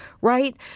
right